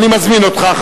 אני מזמין אותך,